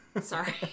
Sorry